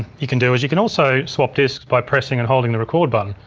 you can do, is you can also swap disks by pressing and holding the record button.